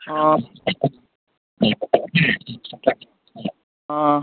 ꯑꯥ ꯑꯥ